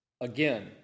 again